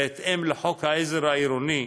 בהתאם לחוק העזר העירוני.